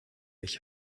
ich